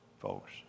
folks